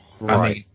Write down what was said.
Right